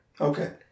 Okay